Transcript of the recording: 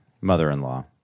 mother-in-law